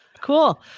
cool